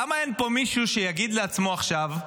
למה אין פה מישהו שיגיד לעצמו עכשיו: